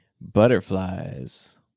butterflies